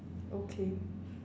okay